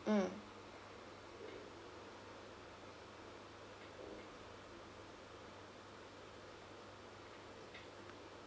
mm